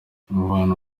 umubano